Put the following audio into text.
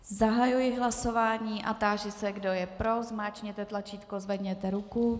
Zahajuji hlasování a táži se, kdo je pro, zmáčkněte tlačítko a zvedněte ruku.